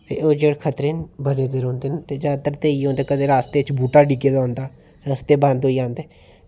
ते एह् जेह् खतरे बड़े औंदे न ते जादैतर इयै कि रस्ते च कदें बूह्टा डिग्गे दा होंदा रस्ते बंद होई जंदे